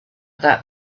that